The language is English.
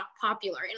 popular